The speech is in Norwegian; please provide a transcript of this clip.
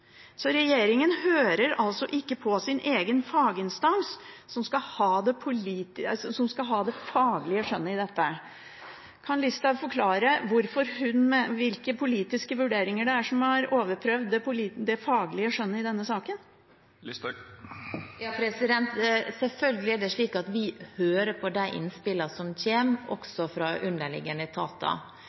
Så regjeringen hører altså ikke på sin egen faginstans, som skal ha det faglige skjønnet her. Kan Listhaug forklare hvilke politiske vurderinger det er som har overprøvd det faglige skjønnet i denne saken? Selvfølgelig er det slik at vi hører på de innspillene som kommer, også fra underliggende etater.